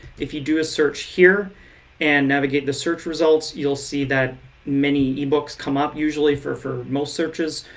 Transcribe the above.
if you do a search here and navigate the search results, you'll see that many ebooks come up usually for for most searches,